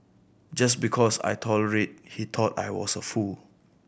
just because I tolerated he thought I was a fool